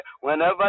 Whenever